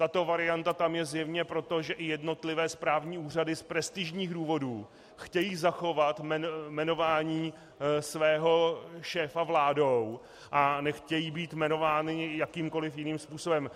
Tato varianta je tam zjevně proto, že i jednotlivé správní úřady z prestižních důvodů chtějí zachovat jmenování svého šéfa vládou a nechtějí být jmenovány jakýmkoliv jiným způsobem.